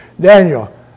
Daniel